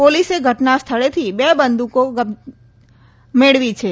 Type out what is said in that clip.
પોલીસે ઘટના સ્થળેથી બે બંદૂકો કબજે કરી છે